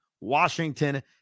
Washington